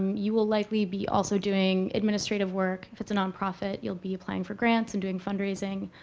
you will likely be also doing administrative work. if it's a nonprofit, you'll be applying for grants and doing fundraising,